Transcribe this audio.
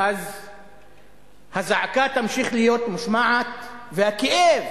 אז הזעקה תמשיך להיות מושמעת והכאב